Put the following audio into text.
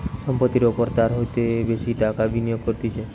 সম্পত্তির ওপর তার হইতে বেশি টাকা বিনিয়োগ করতিছে